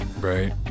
right